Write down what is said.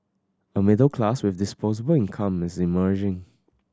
a middle class with disposable income is emerging